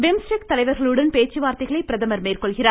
BIMSTEC தலைவர்களுடனும் பேச்சுவார்த்தைகளை பிரதமர் மேற்கொள்கிறார்